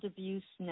Abuse